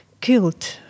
killed